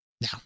Now